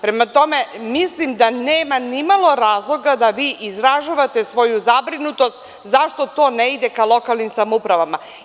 Prema tome, mislim da nema ni malo razloga da vi izražavate svoju zabrinutost zašto to ne ide ka lokalnim samoupravama.